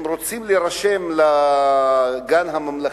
הם רוצים להירשם לגן הממלכתי,